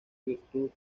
virtud